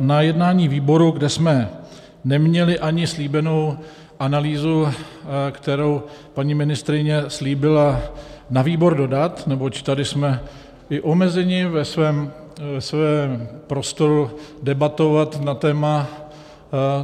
Na jednání výboru, kde jsme neměli ani slíbenou analýzu, kterou paní ministryně slíbila na výbor dodat, neboť tady jsme i omezeni ve svém prostoru debatovat na téma